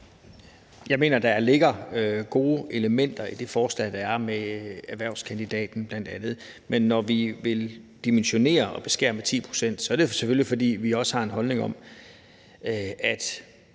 Jeg mener, der ligger gode elementer i det forslag, der er, med bl.a. erhvervskandidaten. Men når vi vil dimensionere og beskære med 10 pct., er det selvfølgelig, fordi vi også har en holdning om, at